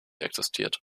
existiert